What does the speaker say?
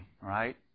right